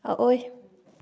ꯑꯑꯣꯏ